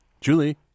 Julie